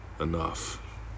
enough